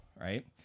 Right